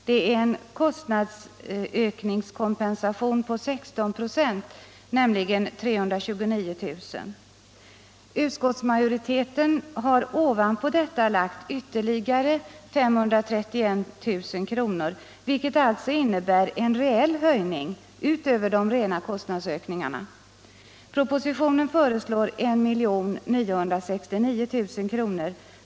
Det är en kostnadsökningskompensation på 16 ”., nämligen 329 000 kr. Utskottsmajoriteten har ovanpå detta lagt ytterligare 531 000 kr., vilket alltså innebär en reell höjning utöver de rena kostnadsökningarna. Propositionen föreslår 1 969 000 kr.